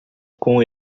com